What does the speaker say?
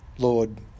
Lord